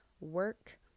work